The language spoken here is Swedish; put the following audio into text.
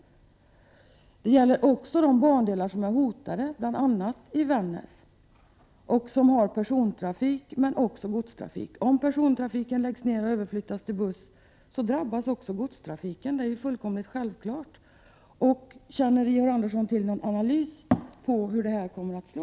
Det gäller även de bandelar som är hotade, bl.a. i Vännäs, och som har persontrafik men också godstrafik. Om persontrafiken läggs ned och överflyttas till landsväg och buss drabbas självklart även godstrafiken. Känner Georg Andersson till någon analys av hur detta kommer att slå?